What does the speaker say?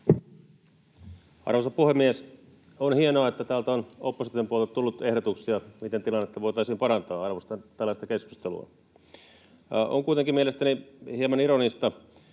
Arvoisa puhemies! On hienoa, että opposition puolelta on tullut ehdotuksia, miten tilannetta voitaisiin parantaa. Arvostan tällaista keskustelua. On kuitenkin mielestäni hieman ironista,